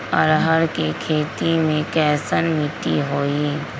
अरहर के खेती मे कैसन मिट्टी होइ?